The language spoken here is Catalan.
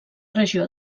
regió